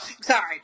Sorry